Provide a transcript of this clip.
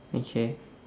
okay